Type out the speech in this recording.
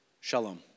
Shalom